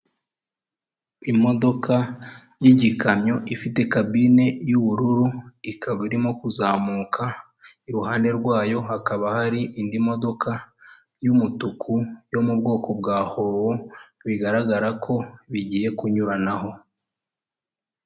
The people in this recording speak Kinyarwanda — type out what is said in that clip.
Imodoka y'igikamyo ifite kabine y'ubururu ikaba irimo kuzamuka iruhande rwayo hakaba hari indi modoka y'umutuku yo mu bwoko bwa howo bigaragara ko bigiye kunyuranaho.